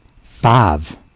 Five